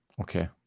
Okay